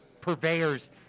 purveyors